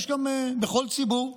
יש גם בכל ציבור,